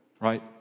right